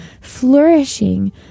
flourishing